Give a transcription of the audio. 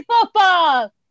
Football